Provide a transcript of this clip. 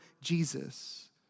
Jesus